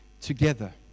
together